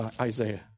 Isaiah